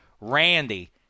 randy